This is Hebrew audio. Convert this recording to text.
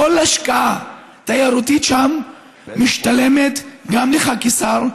כל השקעה תיירותית שם משתלמת גם לך כשר,